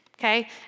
Okay